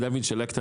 דוד, שאלה קטנה,